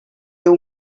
heu